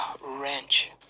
wrench